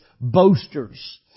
boasters